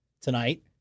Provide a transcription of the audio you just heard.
tonight